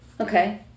Okay